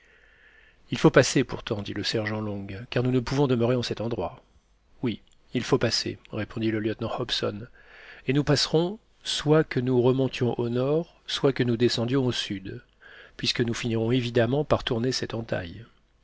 il faut passer pourtant dit le sergent long car nous ne pouvons demeurer en cet endroit oui il faut passer répondit le lieutenant hobson et nous passerons soit que nous remontions au nord soit que nous descendions au sud puisque nous finirons évidemment par tourner cette entaille